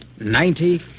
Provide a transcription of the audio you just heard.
Ninety